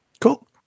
Cool